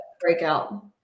breakout